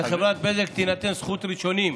לחברת בזק תינתן זכות ראשונים,